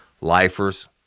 Lifers